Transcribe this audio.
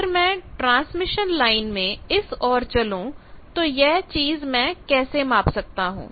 अगर मैं transmission line में इस ओर चलू तो यह चीज मैं कैसे माप सकता हूं